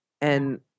And-